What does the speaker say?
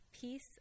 peace